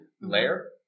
layer